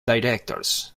directors